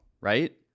right